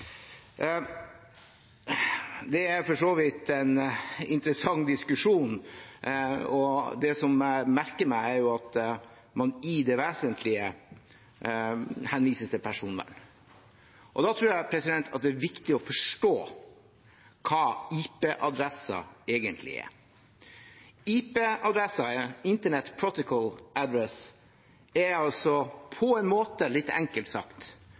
Det er for så vidt en interessant diskusjon, og det som jeg merker meg, er at man i det vesentlige henviser til personvernet. Da tror jeg det er viktig å forstå hva IP-adresser egentlig er. En IP-adresse er en Internet Protocol address. Det er på en måte, litt enkelt sagt,